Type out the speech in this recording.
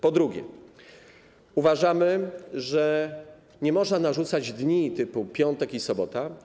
Po drugie, uważamy, że nie można narzucać dni typu piątek i sobota.